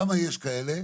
כמה יש כאלה?